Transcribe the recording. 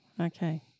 Okay